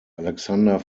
alexander